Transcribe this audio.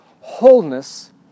wholeness